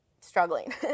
struggling